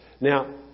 Now